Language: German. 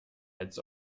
als